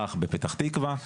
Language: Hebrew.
במזרח בפתח תקווה,